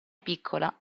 piccola